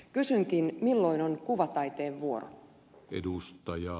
kysynkin milloin on kuvataiteen vuoro